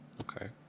okay